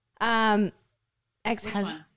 ex-husband